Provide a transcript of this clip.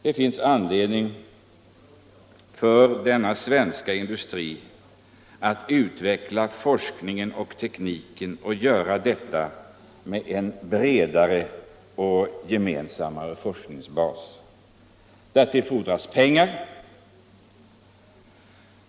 Det finns antedning för denna svenska industri att utveckla forskningen och tekniken och göra detta med en bredare och gemensam forskningsbas. Därtill fordras pengar.